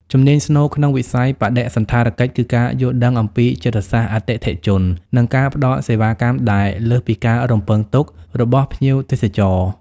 ជំនាញស្នូលក្នុងវិស័យបដិសណ្ឋារកិច្ចគឺការយល់ដឹងអំពីចិត្តសាស្ត្រអតិថិជន និងការផ្ដល់សេវាកម្មដែលលើសពីការរំពឹងទុករបស់ភ្ញៀវទេសចរ។